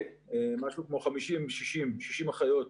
ומשהו כמו 50-60 אחיות.